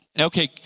Okay